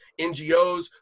NGOs